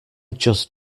just